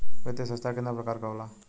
वित्तीय संस्था कितना प्रकार क होला?